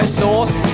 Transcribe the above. sauce